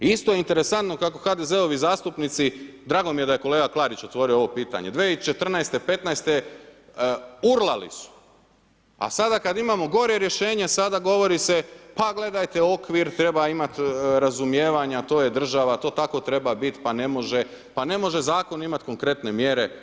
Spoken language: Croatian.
Isto interesantno, kako HDZ-ovi zastupnici, drago mi je da je kolega Klarić otvorio ovo pitanje, 2014.-2015. urlali su, a sada kada imamo gore rješenje, sada govori se, pa gledajte okvir treba imati razumijevanja, to je država, to tako treba biti, pa ne može, pa ne može zakon imati konkretne mjere.